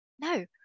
No